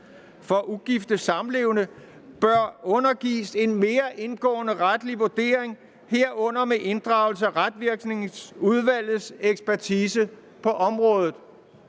for ugifte samlevende undergives en mere indgående retlig vurdering, herunder med inddragelse af Retsvirkningslovudvalgets ekspertise på området.